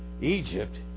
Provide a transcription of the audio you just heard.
Egypt